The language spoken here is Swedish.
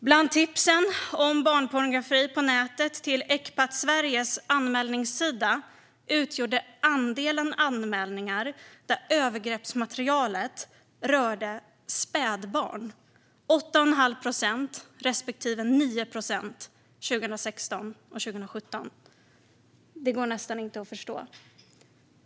Bland tipsen om barnpornografi på nätet till Ecpat Sveriges anmälningssida utgjorde andelen anmälningar där övergreppsmaterialet rörde spädbarn 8,5 procent respektive 9 procent 2016 och 2017. Det går nästan inte att förstå.